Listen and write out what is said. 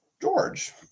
George